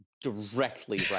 directly